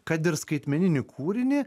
kad ir skaitmeninį kūrinį